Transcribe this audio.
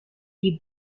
die